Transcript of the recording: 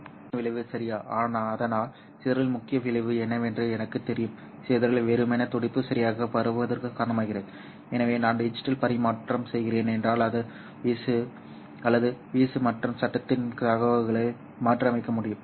சிதறலின் விளைவு சரியா அதனால் சிதறலின் முக்கிய விளைவு என்னவென்று எனக்குத் தெரியும் சிதறல் வெறுமனே துடிப்பு சரியாக பரவுவதற்கு காரணமாகிறது எனவே நான் டிஜிட்டல் பண்பேற்றம் செய்கிறேன் என்றால் அதன் வீச்சு அல்லது வீச்சு மற்றும் கட்டத்தின் தகவல்களை மாற்றியமைக்க முடியும்